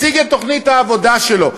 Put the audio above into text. מציג את תוכנית העבודה שלו,